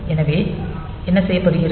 எனவே என்ன செய்யப்படுகிறது